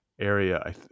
area